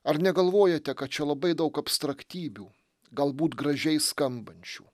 ar negalvojate kad čia labai daug abstraktybių galbūt gražiai skambančių